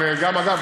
אבל אגב,